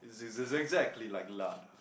this is exactly like Lada